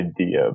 idea